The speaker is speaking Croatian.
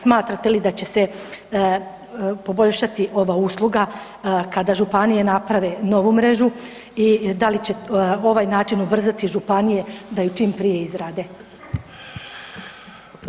Smatrate li da će se poboljšati ova usluga kada županije naprave novu mrežu i da li će ovaj način ubrzati županije da je čim prije izrade?